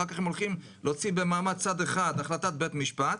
אחר כך הם הולכים להוציא במעמד צד אחד החלטת בית משפט,